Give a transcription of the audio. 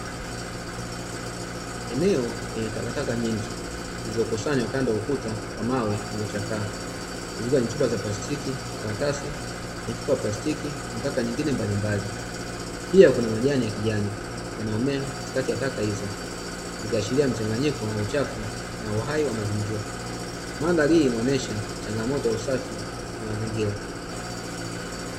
Eneo lenye takataka nyingi zilizokusanywa kando ya ukuta wa mawe uliochakaa ikiwa chupa za plastiki, karatasi mifuko ya plastiki na taka nyingine mbalimbali pia kuna majani ya kijani yaliyo mea katikati ya taka hizo, ikiashiria mchanganyiko wa uchafu na uhai wa mazingira, mandhari hii inaonyesha changamoto ya usafi wa mazingira.